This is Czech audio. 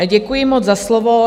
Děkuji moc za slovo.